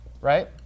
Right